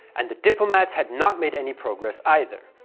and the diplomats had not made any progress either.